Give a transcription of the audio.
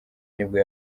nibwo